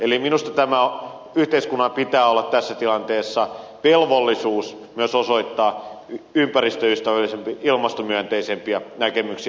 eli minusta yhteiskunnalla pitää olla tässä tilanteessa myös velvollisuus osoittaa ympäristöystävällisempiä ilmastomyönteisempiä näkemyksiä